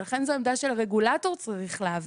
ולכן זה העמדה של הרגולטור צריך להביא,